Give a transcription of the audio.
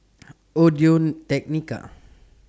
Audio Technica